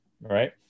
Right